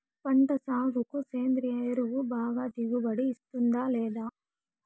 పంట సాగుకు సేంద్రియ ఎరువు బాగా దిగుబడి ఇస్తుందా లేదా